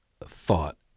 thought